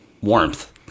warmth